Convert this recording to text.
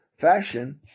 fashion